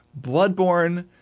Bloodborne